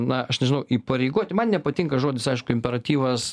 na aš nežinau įpareigoti man nepatinka žodis aišku imperatyvas